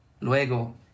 Luego